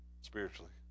Spiritually